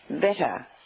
better